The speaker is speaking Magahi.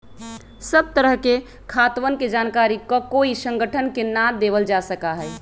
सब तरह के खातवन के जानकारी ककोई संगठन के ना देवल जा सका हई